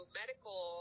medical